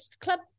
club